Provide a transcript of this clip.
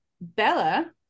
Bella